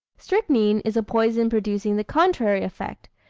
strychnine is a poison producing the contrary effect,